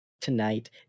tonight